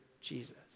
Jesus